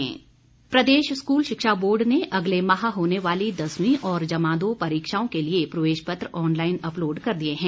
शिक्षा बोर्ड प्रदेश स्कूल शिक्षा बोर्ड ने अगले माह होने वाली दसवीं और जमा दो परीक्षाओं के लिए प्रवेश पत्र ऑनलाइन अपलोड़ कर दिए हैं